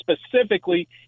specifically